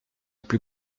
plus